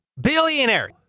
billionaire